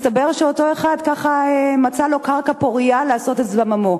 מסתבר שאותו אחד מצא לו קרקע פורייה לעשות את זממו.